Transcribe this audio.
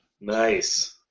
Nice